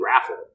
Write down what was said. raffle